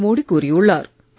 நரேந்திர மோடி கூறியுள்ளார்